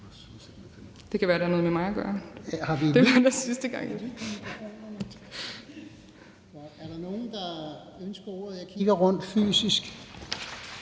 Det kan være, det har noget med mig at gøre. Det havde det sidste gang).